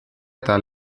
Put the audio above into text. eta